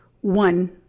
one